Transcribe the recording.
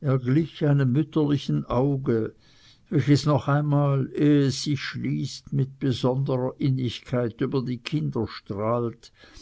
er glich einem mütterlichen auge welches noch einmal ehe es sich schließt mit besonderer innigkeit über die kinder strahlt